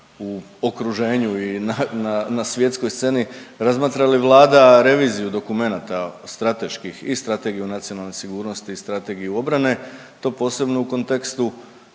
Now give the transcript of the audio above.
u okruženju i na svjetskoj sceni, razmatra li Vlada reviziju dokumenata strateških i strategiju nacionalne sigurnosti i strategiju obrane, to posebno u kontekstu